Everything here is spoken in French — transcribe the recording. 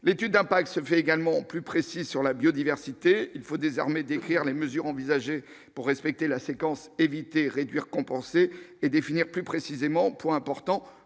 l'étude d'impact se fait également plus précis sur la biodiversité, il faut désarmer décrire les mesures envisagées pour respecter la séquence éviter réduire compenser et définir plus précisément, point important,